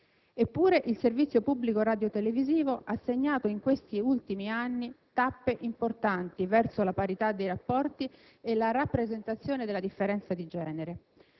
Eppure il servizio pubblico radiotelevisivo ha segnato in questi ultimi anni, tappe importanti verso la parità dei rapporti e la rappresentazione della differenza di genere.